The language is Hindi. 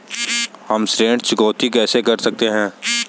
हम ऋण चुकौती कैसे कर सकते हैं?